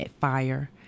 fire